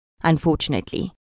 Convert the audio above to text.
Unfortunately